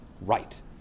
right